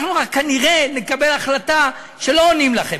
אנחנו כנראה נקבל החלטה שלא עונים לכם.